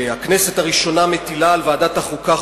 שהכנסת הראשונה מטילה על ועדת החוקה,